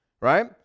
right